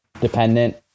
dependent